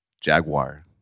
Jaguar